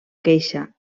queixa